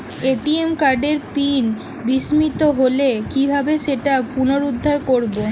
ATM কার্ডের pin বিস্মৃত হলে কীভাবে সেটা পুনরূদ্ধার করব?